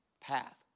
path